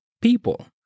people